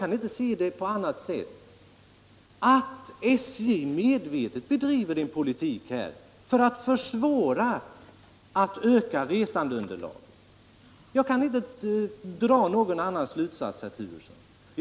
Jag vidhåller därför att SJ medvetet bedriver en politik som gör det svårare att öka resandeunderlaget. Jag kan inte dra någon annan slutsats, herr Turesson.